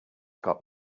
got